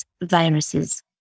viruses